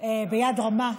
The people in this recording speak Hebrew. ביד רמה,